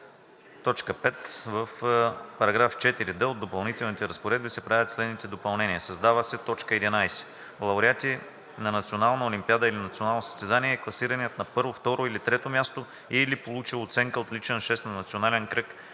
5: „§ 5. В § 4д от допълнителните разпоредби се правят следните допълнения: 1. Създава се т. 11: „11. „Лауреат на национална олимпиада или национално състезание“ е класираният на първо, второ или трето място и/или получил оценка отличен 6,00 на националния кръг